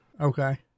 Okay